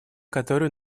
которую